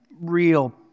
real